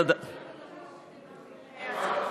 לתת קרדיט,